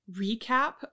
recap